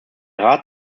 rat